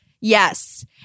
yes